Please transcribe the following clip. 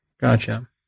Gotcha